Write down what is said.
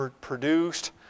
produced